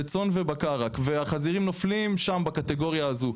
והחזירים נופלים בקטגוריה הזו,